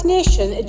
Nation